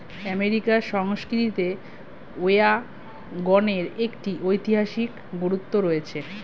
আমেরিকার সংস্কৃতিতে ওয়াগনের একটি ঐতিহাসিক গুরুত্ব রয়েছে